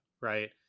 right